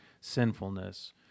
sinfulness